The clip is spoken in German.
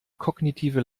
kognitive